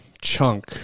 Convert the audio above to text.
chunk